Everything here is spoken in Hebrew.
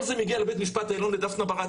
כל זה מגיע לבית המשפט העליון לדפנה ברק